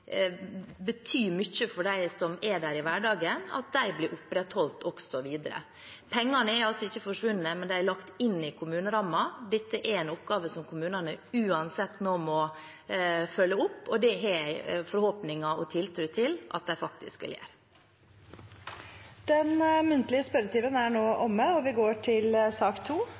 betyr mye for dem som er der i hverdagen, blir opprettholdt også videre. Pengene er altså ikke forsvunnet, de er lagt inn i kommunerammen. Dette er en oppgave som kommunene uansett nå må følge opp, og det har jeg forhåpninger om og tiltro til at de faktisk vil gjøre. Den muntlige spørretimen er nå omme. Det blir noen endringer i den oppsatte spørsmålslisten, og presidenten viser i den sammenheng til